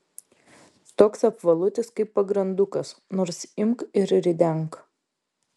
toks apvalutis kaip pagrandukas nors imk ir ridenk